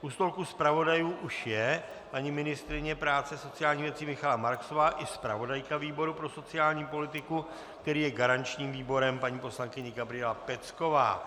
U stolku zpravodajů už je paní ministryně práce a sociálních věcí Michaela Marksová i zpravodajka výboru pro sociální politiku, který je garančním výborem, paní poslankyně Gabriela Pecková.